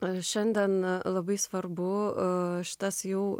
na šiandien na labai svarbu o šitas jau